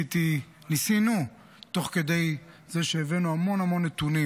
ניסינו תוך כדי זה שהבאנו המון המון נתונים